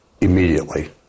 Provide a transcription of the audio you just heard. immediately